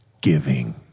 Giving